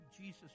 Jesus